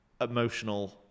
emotional